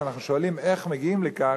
ואנחנו שואלים: איך מגיעים לכך,